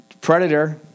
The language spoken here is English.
predator